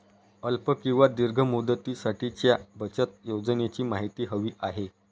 अल्प किंवा दीर्घ मुदतीसाठीच्या बचत योजनेची माहिती हवी आहे